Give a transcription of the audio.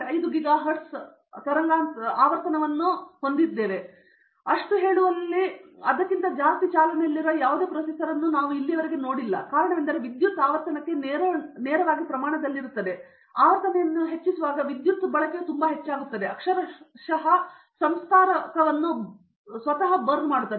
5 gigahertz ಅನ್ನು ಹೇಳುವಲ್ಲಿ ಹೆಚ್ಚು ಚಾಲನೆಯಲ್ಲಿರುವ ಯಾವುದೇ ಪ್ರೊಸೆಸರ್ ಅನ್ನು ನೋಡುತ್ತಿಲ್ಲ ಕಾರಣವೆಂದರೆ ವಿದ್ಯುತ್ ಆವರ್ತನಕ್ಕೆ ನೇರವಾಗಿ ಪ್ರಮಾಣದಲ್ಲಿರುತ್ತದೆ ಮತ್ತು ಆದ್ದರಿಂದ ನಾನು ಆವರ್ತನೆಯನ್ನು ಹೆಚ್ಚಿಸುತ್ತಿದ್ದಲ್ಲಿ ವಿದ್ಯುತ್ ತುಂಬಾ ಹೆಚ್ಚಾಗುತ್ತದೆ ಅಕ್ಷರಶಃ ಸಂಸ್ಕಾರಕವನ್ನು ಸ್ವತಃ ಬರ್ನ್ ಮಾಡುತ್ತದೆ